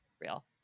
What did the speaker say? real